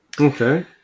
Okay